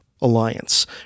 alliance